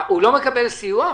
הוא לא מקבל סיוע?